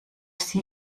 sie